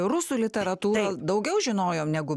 rusų literatūra daugiau žinojom negu